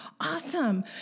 Awesome